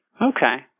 Okay